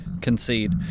concede